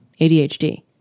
ADHD